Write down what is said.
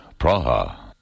Praha